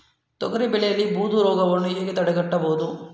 ತೊಗರಿ ಬೆಳೆಯಲ್ಲಿ ಬೂದು ರೋಗವನ್ನು ಹೇಗೆ ತಡೆಗಟ್ಟಬಹುದು?